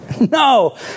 No